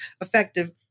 effective